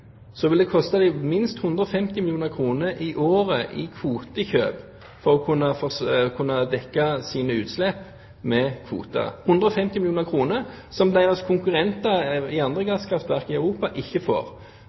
så vil det koste dem minst 150 mill. kr i året i kvotekjøp for å kunne dekke sine utslipp med kvoter, noe som deres konkurrenter i andre gasskraftverk i Europa ikke får.